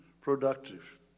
productive